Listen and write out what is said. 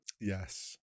Yes